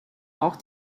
auch